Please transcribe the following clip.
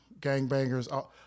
gangbangers